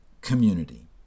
community